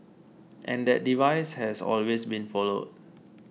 and that device has always been followed